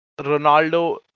Ronaldo